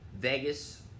Vegas